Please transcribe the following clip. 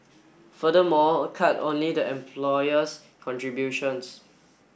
furthermore cut only the employer's contributions